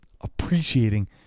appreciating